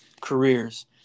careers